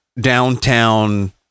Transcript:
downtown